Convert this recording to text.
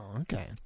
okay